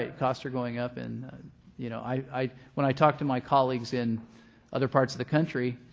costs are going up and you know, i when i talk to my colleagues in other parts of the country,